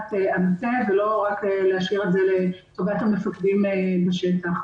ברמת המטה ולא רק להשאיר את זה לטובת המפקדים בשטח.